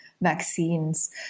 vaccines